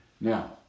Now